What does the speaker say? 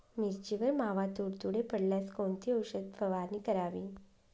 मिरचीवर मावा, तुडतुडे पडल्यास कोणती औषध फवारणी करावी?